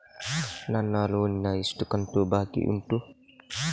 ನನ್ನ ಲೋನಿನ ಎಷ್ಟು ಕಂತು ಬಾಕಿ ಉಂಟು?